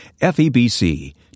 FEBC